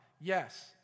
Yes